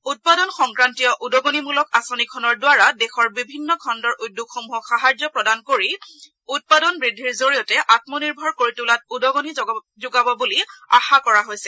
উৎপাদন সংক্ৰান্তীয় উদগনিমূলক আঁচনিখনৰ দ্বাৰা দেশৰ বিভিন্ন খণ্ডৰ উদ্যোগসমূহক সাহাৰ্য প্ৰদান কৰি উৎপাদন বৃদ্ধিৰ জৰিয়তে আমনিৰ্ভৰ কৰি তোলাত উদগনি যোগাব বুলি আশা কৰা হৈছে